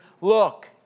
look